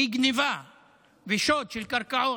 היא גנבה ושוד של קרקעות.